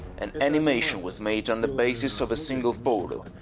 an animation was made on the basis of a single photo.